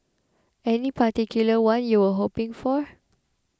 any particular one you were hoping for